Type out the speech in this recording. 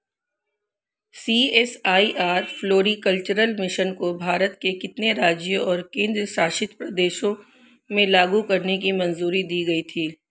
CSIR floriculture mission को भारत के कितने राज्यों और केंद्र शासित प्रदेशों में लागू करने की मंजूरी दी गई थी?